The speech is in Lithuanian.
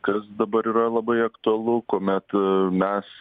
kas dabar yra labai aktualu kuomet ee mes